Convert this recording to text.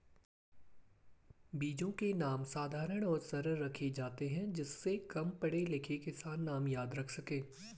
बीजों के नाम साधारण और सरल रखे जाते हैं जिससे कम पढ़े लिखे किसान नाम याद रख सके